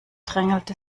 drängelte